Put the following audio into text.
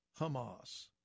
Hamas